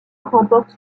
remporte